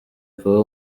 kuba